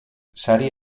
sari